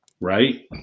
right